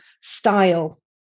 style